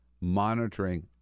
monitoring